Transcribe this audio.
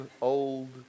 old